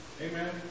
Amen